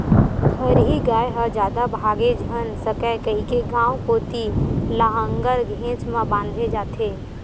हरही गाय ह जादा भागे झन सकय कहिके गाँव कोती लांहगर घेंच म बांधे जाथे